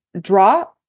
draw